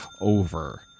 over